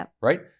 right